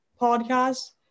podcast